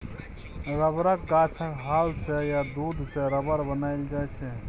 रबरक गाछक छाल सँ या दुध सँ रबर बनाएल जाइ छै